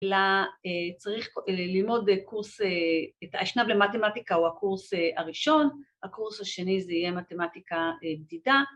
‫אלא צריך ללמוד קורס אה... ‫האשנב למתמטיקה הוא הקורס הראשון, ‫הקורס השני זה יהיה מתמטיקה בדידה.